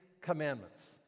Commandments